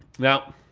now,